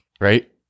Right